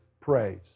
praise